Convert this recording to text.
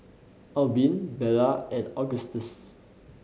Albin Bella and Agustus